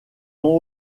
ont